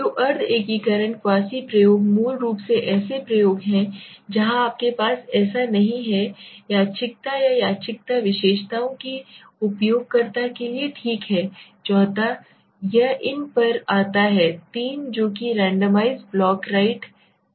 तो अर्ध एकीकरण क्वासी प्रयोग मूल रूप से ऐसे प्रयोग हैं जहां आपके पास ऐसा नहीं है यादृच्छिकता या यादृच्छिकता विशेषताओं के उपयोगकर्ता के लिए ठीक है चौथा यह इन पर आता है तीन जो कि रैंडमाइज्ड ब्लॉक राइट में आता है